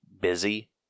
busy